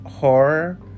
horror